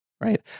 right